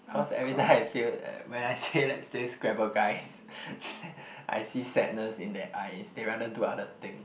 cause every time I feel when I say let's play scrabble guys I see sadness in their eyes they rather do other thing